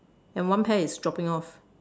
and one pear is dropping off